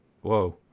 Whoa